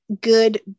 good